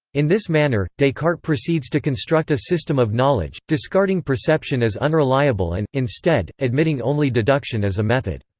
in this manner, descartes proceeds to construct a system of knowledge, discarding perception as unreliable and, instead, admitting only deduction as a method.